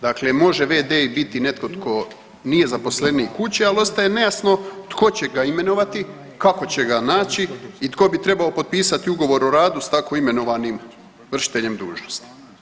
Dakle može v.d. i biti netko tko nije zaposlenik kuće, ali ostaje nejasno tko će ga imenovati, kako će ga naći i tko bi trebao potpisati ugovor o radu s tako imenovanim vršiteljem dužnosti.